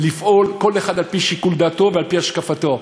לפעול כל אחד על-פי שיקול דעתו ועל-פי השקפתו.